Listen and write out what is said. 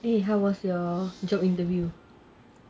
eh how was your job interview